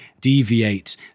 deviate